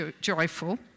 joyful